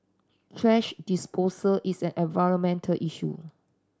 thrash disposal is an environmental issue